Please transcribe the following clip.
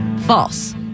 False